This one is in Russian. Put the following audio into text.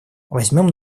возьмем